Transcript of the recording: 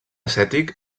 acètic